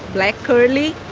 black curly.